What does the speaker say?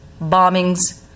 bombings